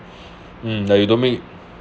um like you don't make